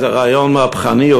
איזה רעיון מהפכני,